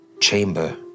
chamber